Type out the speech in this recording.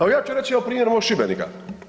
Evo ja ću reći evo primjer mog Šibenika.